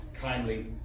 kindly